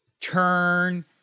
turn